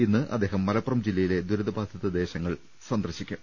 ഇന്ന് അദ്ദേഹം മലപ്പുറം ജില്ലയിലെ ദുരിതബാധിത പ്രദേശങ്ങൾ സന്ദർശിക്കും